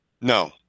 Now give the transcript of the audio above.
No